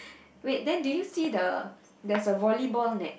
wait then do you see the that's a volleyball net